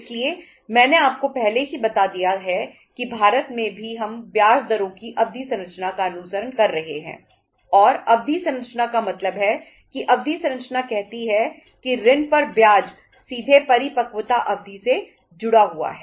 इसलिए मैंने आपको पहले ही बता दिया है कि भारत में भी हम ब्याज दरों की अवधि संरचना का अनुसरण कर रहे हैं और अवधि संरचना का मतलब है कि अवधि संरचना कहती है कि ऋण पर ब्याज सीधे परिपक्वता अवधि से जुड़ा हुआ है